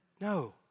no